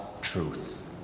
truth